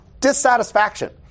dissatisfaction